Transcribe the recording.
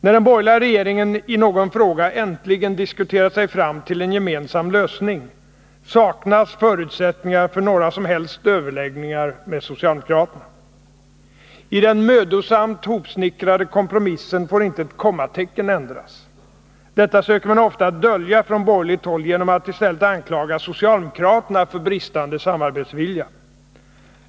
När den borgerliga regeringen i någon fråga äntligen diskuterat sig fram till en gemensam lösning saknas förutsättningar för några som helst överläggningar med socialdemokraterna. I den mödosamt hopsnickrade kompromissen får inte ett kommatecken ändras. Detta söker man ofta dölja från borgerligt håll genom att i stället anklaga socialdemokraterna för bristande samarbetsvilja.